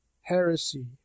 heresy